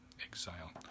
exile